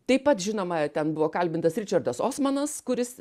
taip pat žinoma ten buvo kalbintas ričardas osmanas kuris